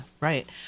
right